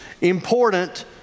important